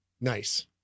Nice